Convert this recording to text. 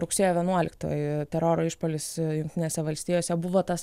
rugsėjo vienuoliktoji teroro išpuolis jungtinėse valstijose buvo tas